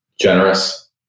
generous